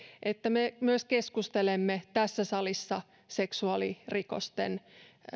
että me myös keskustelemme tässä salissa seksuaalirikosten